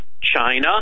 China